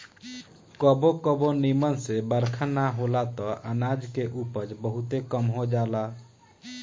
कबो कबो निमन से बरखा ना होला त अनाज के उपज बहुते कम हो जाला